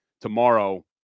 tomorrow